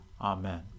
Amen